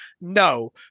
No